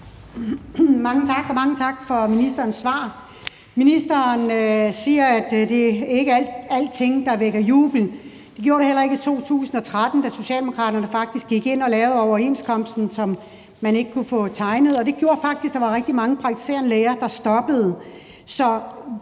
mange tak for ministerens svar. Ministeren siger, at det ikke er alting, der vækker jubel. Det gjorde det heller ikke i 2013, da Socialdemokraterne faktisk gik ind og lavede overenskomsten, som man ikke kunne få tegnet, og det gjorde faktisk, at der var rigtig mange praktiserende læger, der stoppede.